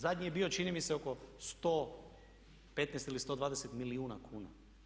Zadnji je bio, čini mi se oko 115 ili 120 milijuna kuna.